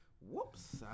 whoops